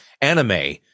anime